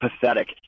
pathetic